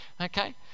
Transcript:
Okay